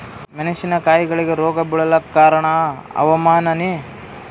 ಮೆಣಸಿನ ಕಾಯಿಗಳಿಗಿ ರೋಗ ಬಿಳಲಾಕ ಕಾರಣ ಹವಾಮಾನನೇ?